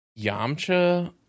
Yamcha